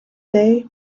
they